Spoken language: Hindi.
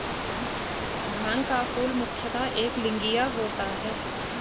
भांग का फूल मुख्यतः एकलिंगीय होता है